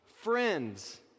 friends